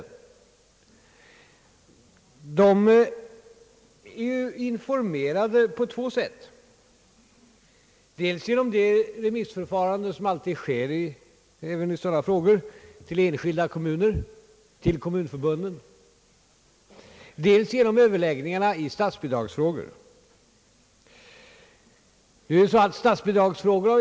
Kommunerna är informerade på två sätt — dels genom det remissförfarande som alltid tillämpas i sådana frågor gentemot enskilda kommuner och gentemot kommunförbunden, dels genom överläggningarna i statsbidragsfrågor. Vi har visserligen sökt förenkla statsbidragsfrågorna.